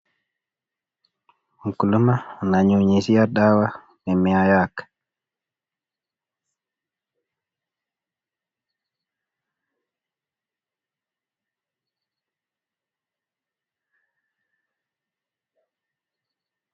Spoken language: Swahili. Mkulima ananyunyizia dawa mimea yake.